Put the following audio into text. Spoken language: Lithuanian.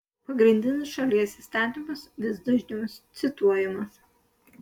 pagrindinis šalies įstatymas vis dažniau cituojamas